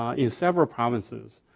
in several provinces.